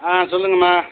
ஆ சொல்லுங்கம்மா